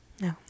No